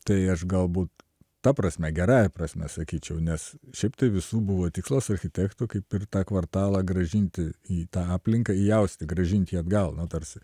tai aš galbūt ta prasme gerąja prasme sakyčiau nes šiaip tai visų buvo tikslas architektų kaip ir tą kvartalą grąžinti į tą aplinką įausti grąžint jį atgal na tarsi